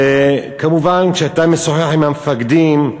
וכמובן, כשאתה משוחח עם המפקדים,